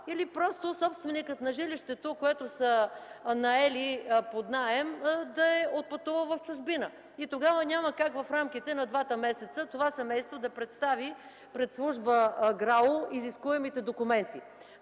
или просто собственикът на жилището, което са наели под наем, да е отпътувал в чужбина. Тогава няма как в рамките на двата месеца това семейство да представи пред служба ГРАО изискваните документи.